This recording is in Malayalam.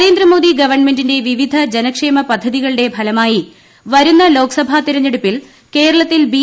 നരേന്ദ്രമോദി ഗവൺമെന്റിന്റെ വിവിധ ജനക്ഷേമ പദ്ധതികളുടെ ഫലമായി വരുന്ന ലോക്സഭാ തെരഞ്ഞെടുപ്പിൽ കേരളത്തിൽ ബി